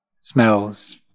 smells